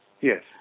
Yes